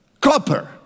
Copper